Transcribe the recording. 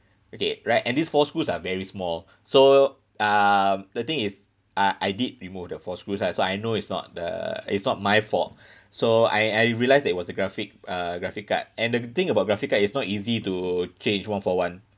okay right and these four screws are very small so um the thing is uh I did remove the four screws lah so I know it's not the it's not my fault so I I realised it was the graphic uh graphic card and the thing about graphic card it's not easy to change one for one